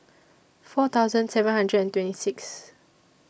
four thousand seven hundred and twenty Sixth